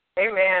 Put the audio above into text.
Amen